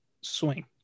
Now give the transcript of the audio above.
swing